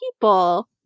people